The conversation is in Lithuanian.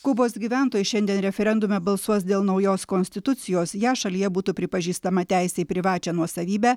kubos gyventojai šiandien referendume balsuos dėl naujos konstitucijos ją šalyje būtų pripažįstama teisė į privačią nuosavybę